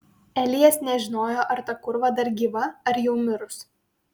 elijas nežinojo ar ta kūrva dar gyva ar jau mirus